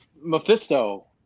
mephisto